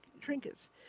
trinkets